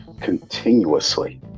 continuously